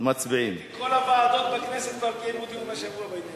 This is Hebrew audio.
האמת היא שכל הוועדות בכנסת כבר קיימו השבוע דיון בעניין הזה.